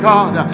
God